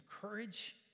courage